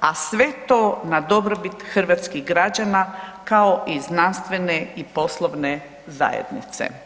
a sve to na dobrobit hrvatskih građana kao i znanstvene i poslovne zajednice.